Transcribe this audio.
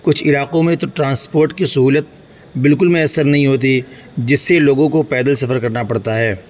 کچھ علاقوں میں تو ٹرانسپورٹ کی سہولت بالکل میسر نہیں ہوتی جس سے لوگوں کو پیدل سفر کرنا پڑتا ہے